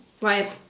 right